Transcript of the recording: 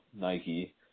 Nike